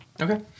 Okay